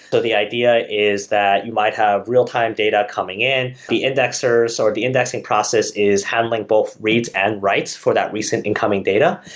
so the idea is that you might have real-time data coming in, the indexers or the indexing process is handling both reads and writes for that recent incoming data.